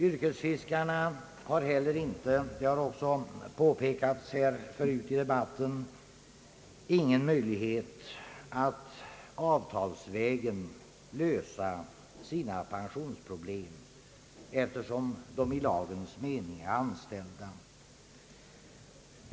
Yrkesfiskarna har, som också påpekats förut i debatten, ingen möjlighet att avtalsvägen lösa sina pensionsproblem, eftersom de inte i lagens mening är anställda.